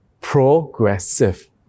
progressive